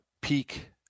peak